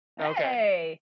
Okay